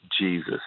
Jesus